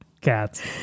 cats